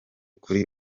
kuri